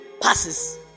passes